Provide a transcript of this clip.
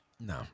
No